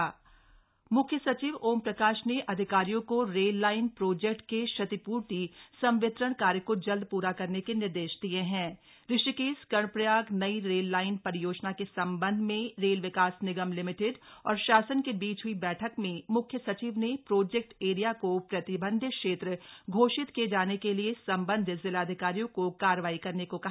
मख्य सचिव म्ख्य सचिव ओमप्रकाश ने अधिकारियों को रेल लाइन प्रोजेक्ट के क्षतिपूर्ति संवितरण कार्य को जल्द पूरा करने के निर्देश दिये हथ ऋषिकेश कर्णप्रयाग नई रेल लाइन परियोजना के सम्बन्ध में रेल विकास निगम लिमिटेड और शासन के बीच हई बठक में मुख्य सचिव ने प्रोजेक्ट एरिया को प्रतिबंधित क्षेत्र घोषित किए जाने के लिए सम्बन्धित जिलाधिकारियों को कार्रवाई करने को कहा